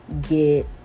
get